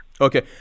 Okay